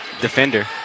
defender